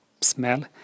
smell